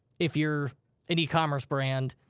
if you're an ecommerce brand.